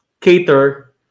cater